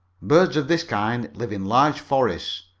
birds of this kind live in large forests,